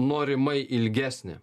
norimai ilgesnė